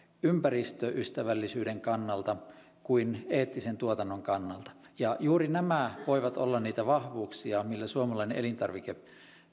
ympäristöystävällisyyden kannalta kuin eettisen tuotannon kannalta juuri nämä voivat olla niitä vahvuuksia millä suomalainen elintarvike